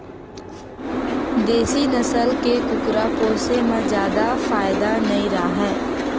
देसी नसल के कुकरा पोसे म जादा फायदा नइ राहय